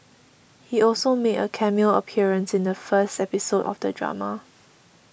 he also made a cameo appearance in the first episode of the drama